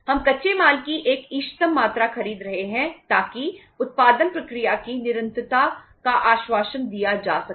हम कच्चे माल की एक इष्टतम मात्रा खरीद रहे हैं ताकि उत्पादन प्रक्रिया की निरंतरता का आश्वासन दिया जा सके